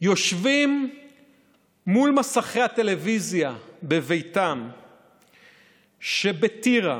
יושבים מול מסכי הטלוויזיה בביתם שבטירה,